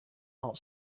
hot